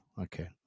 Okay